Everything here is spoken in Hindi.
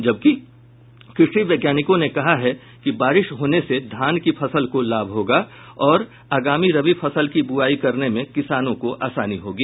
जबकि कृषि विशेषज्ञों ने कहा है कि बारिश होने से धान की फसल को लाभ होगा और आगामी रबी फसल की बुआई करने में किसानों को आसानी होगी